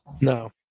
no